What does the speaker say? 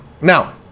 now